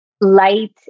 light